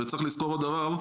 וצריך לזכור עוד דבר,